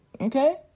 okay